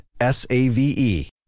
S-A-V-E